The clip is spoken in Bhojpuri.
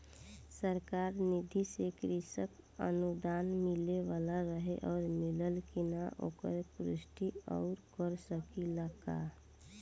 सरकार निधि से कृषक अनुदान मिले वाला रहे और मिलल कि ना ओकर पुष्टि रउवा कर सकी ला का?